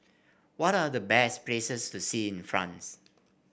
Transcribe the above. what are the best places to see in France